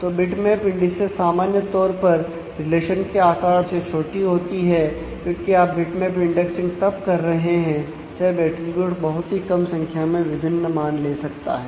तो bitmap indices बहुत ही कम संख्या में विभिन्न मान ले सकता है